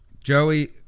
Joey